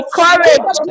courage